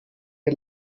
wir